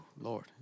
Lord